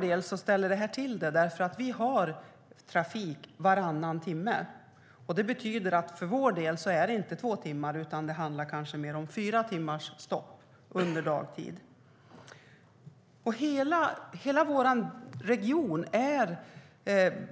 Det ställer till det för oss eftersom vi har trafik varannan timme. För vår del handlar det alltså snarare om fyra timmars stopp under dagtid. Hela vår region är